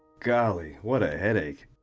golly, what a headache.